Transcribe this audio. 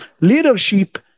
leadership